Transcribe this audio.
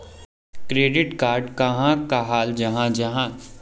Credit card कहाक कहाल जाहा जाहा?